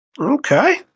Okay